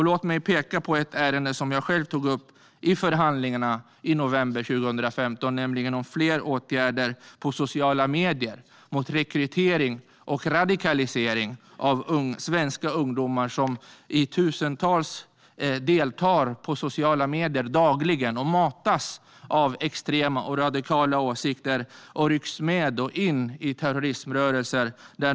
Låt mig peka på ett ärende som jag själv tog upp i förhandlingarna i november 2015, nämligen om fler åtgärder på sociala medier mot rekrytering och radikalisering av svenska ungdomar som i tusental deltar i sociala medier dagligen, där de matas med extrema och radikala åsikter och rycks med och in i terroriströrelser.